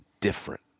different